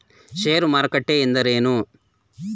ಷೇರು ಮಾರುಕಟ್ಟೆ ಎಂದರೇನು?